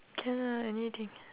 can ah anything